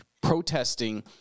protesting